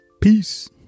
peace